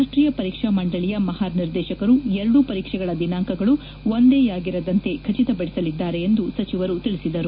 ರಾಷ್ಟೀಯ ಪರೀಕ್ಷಾ ಮಂಡಳಿಯ ಮಹಾ ನಿರ್ದೇಶಕರು ಎರಡೂ ಪರೀಕ್ಷೆಗಳ ದಿನಾಂಕಗಳು ಒಂದೇಯಾಗಿರದಂತೆ ಖಚಿತಪಡಿಸಲಿದ್ದಾರೆ ಎಂದು ಸಚಿವರು ತಿಳಿಸಿದರು